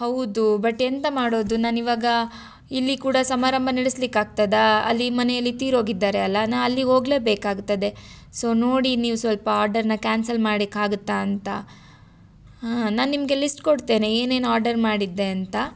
ಹೌದು ಬಟ್ ಎಂಥ ಮಾಡೋದು ನಾನು ಇವಾಗ ಇಲ್ಲಿ ಕೂಡ ಸಮಾರಂಭ ನಡಿಸ್ಲಿಕ್ಕೆ ಆಗ್ತದಾ ಅಲ್ಲಿ ಮನೆಯಲ್ಲಿ ತಿರೋಗಿದ್ದಾರೆ ಅಲ್ಲಾ ನಾ ಅಲ್ಲಿಗೆ ಹೋಗ್ಲೆ ಬೇಕಾಗ್ತದೆ ಸೊ ನೋಡಿ ನೀವು ಸ್ವಲ್ಪ ಆರ್ಡರನ್ನ ಕ್ಯಾನ್ಸಲ್ ಮಾಡಕ್ ಆಗುತ್ತಾ ಅಂತ ನಾನು ನಿಮಗೆ ಲಿಸ್ಟ್ ಕೊಡ್ತೇನೆ ಏನೇನು ಆರ್ಡರ್ ಮಾಡಿದ್ದೆ ಅಂತ